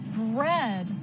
bread